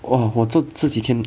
!wah! 我这这几天